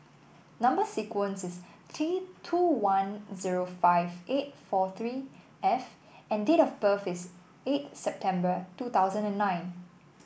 number sequence is T two one zero five eight four three F and date of birth is eight September two thousand and nine